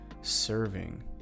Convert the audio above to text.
serving